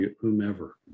whomever